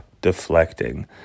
deflecting